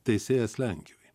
teisėjas lenkijoj